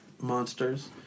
Monsters